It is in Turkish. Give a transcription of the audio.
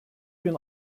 bin